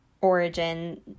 origin